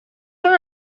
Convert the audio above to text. una